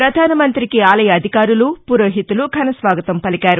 పధాన మంతికి ఆలయ అధికారులు పురోహితులు ఘన స్వాగతం పలికారు